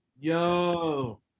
Yo